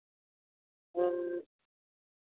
ᱦᱮᱸ